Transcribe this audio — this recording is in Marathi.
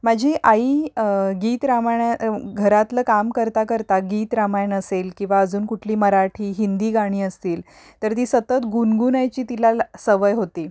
माझी आई गीत रामायणा घरातलं काम करता करता गीत रामायण असेल किंवा अजून कुठली मराठी हिंदी गाणी असतील तर ती सतत गुणगुणायची तिला सवय होती